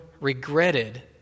regretted